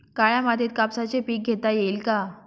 काळ्या मातीत कापसाचे पीक घेता येईल का?